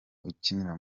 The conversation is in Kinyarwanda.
ukina